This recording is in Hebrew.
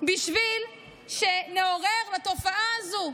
בשביל שנעורר לתופעה הזאת.